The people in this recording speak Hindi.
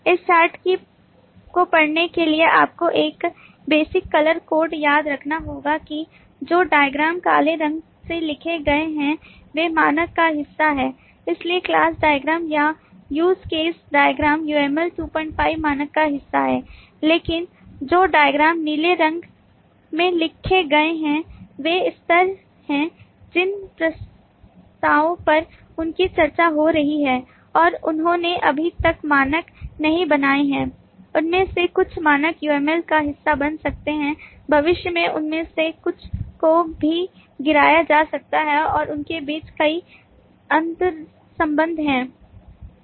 इस चार्ट को पढ़ने के लिए आपको एक बेसिक कलर कोड याद रखना होगा कि जो डायग्राम काले रंग से लिखे गए हैं वे मानक का हिस्सा हैं इसलिए क्लास डायग्राम या यूज केस डायग्राम UML 25 मानक का हिस्सा हैं लेकिन जो डायग्राम नीले रंग में लिखे गए हैं वे स्तर हैं जिन प्रस्तावों पर उनकी चर्चा हो रही है और उन्होंने अभी तक मानक नहीं बनाए हैं उनमें से कुछ मानक UML का हिस्सा बन सकते हैं भविष्य में उनमें से कुछ को भी गिराया जा सकता है और उनके बीच कई अंतर्संबंध हैं